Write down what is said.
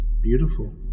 beautiful